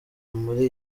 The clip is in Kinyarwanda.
muri